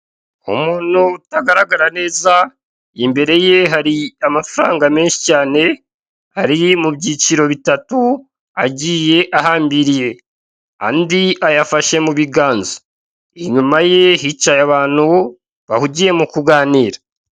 Umuntu utagaragara neza imbere ye hari amafaranga menshi cyane ari mu byiciro bitatu agiye ahambiriye, andi ayafashe mu kiganza inyuma ye hicaye abantu bahugiye mu kuganira.